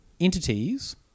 entities